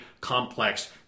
complex